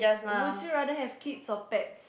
would you rather have kids or pets